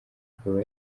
akaba